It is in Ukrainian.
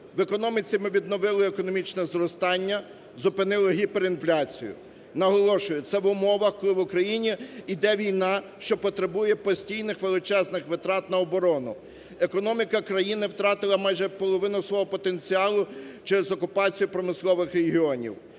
В економіці ми відновили економічне зростання, зупинили гіперінфляцію. Наголошую, це в умовах, коли в Україні іде війна, що потребує постійних величезних витрат на оборону. Економіка країни втратила майже половину свого потенціалу через окупацію промислових регіонів.